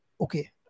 okay